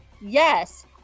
yes